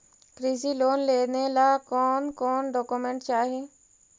कृषि लोन लेने ला कोन कोन डोकोमेंट चाही?